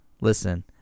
Listen